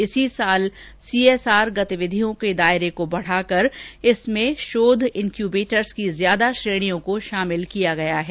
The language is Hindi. इसी साल सीएसआर गतिविधियों के दायरे को बढाकर इनमें शोध इनक्यूबेटर्स की ज्यादा श्रेणियों को शामिल किया गया है